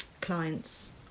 clients